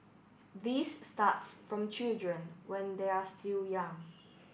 this starts from children when they are still young